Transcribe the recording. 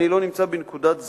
אני לא נמצא בנקודת זמן,